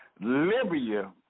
Libya